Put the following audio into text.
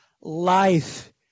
life